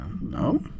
No